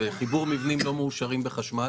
וחיבור מבנים לא מאושרים בחשמל?